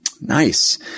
Nice